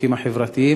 בחוקים החברתיים,